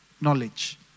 knowledge